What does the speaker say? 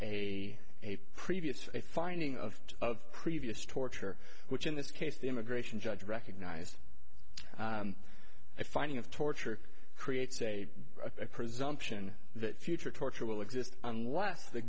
a previous faith finding of of previous torture which in this case the immigration judge recognized it finding of torture creates a presumption that future torture will exist unless the